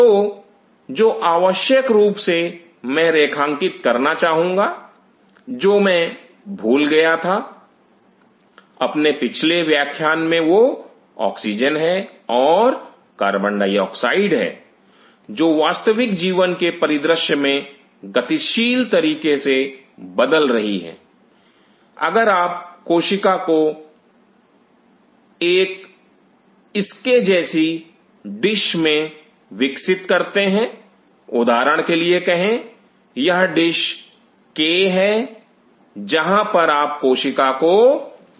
तो जो आवश्यक रूप से मैं रेखांकित करना चाहूँगा जो मैं भूल गया था अपने पिछले व्याख्यान में वो ऑक्सीजन है और कार्बन डाइऑक्साइड है जो वास्तविक जीवन के परिदृश्य में गतिशील तरीके से बदल रही हैं अगर आप कोशिकाओं को एक इसके जैसी डिश में विकसित करते हैं उदाहरण के लिए कहे यह डिश के है जहां पर आप कोशिका को विकसित कर रहे हैं